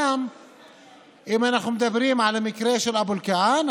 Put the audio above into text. גם אם אנחנו מדברים על המקרה של אבו אלקיעאן,